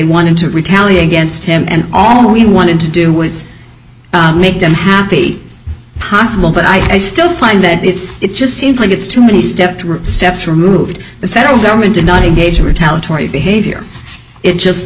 wanted to retaliate against him and all he wanted to do was make them happy possible but i still find that it's it just seems like it's too many step two steps removed the federal government did not engage retaliatory behavior it just